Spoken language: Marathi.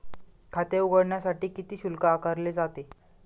खाते उघडण्यासाठी किती शुल्क आकारले जाते?